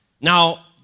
now